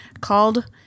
called